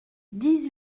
dix